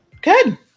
Good